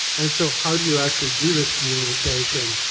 and so how do you actually do this communication,